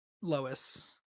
Lois